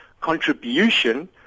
contribution